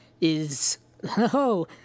is—oh